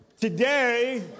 today